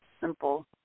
simple